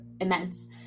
immense